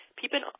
people